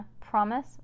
Promise